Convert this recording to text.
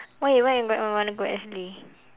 why why where you wanna go actually